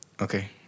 Okay